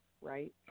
Right